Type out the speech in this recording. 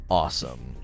awesome